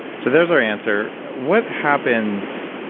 so, there's our answer. what happens